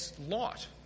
Lot